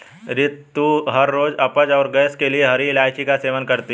रितु हर रोज अपच और गैस के लिए हरी इलायची का सेवन करती है